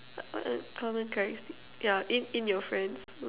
what what uncommon characteristic ya in in your friends mm